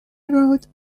eroded